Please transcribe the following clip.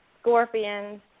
scorpions